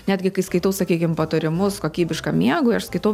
netgi kai skaitau sakykim patarimus kokybiškam miegui aš skaitau